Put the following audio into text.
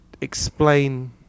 explain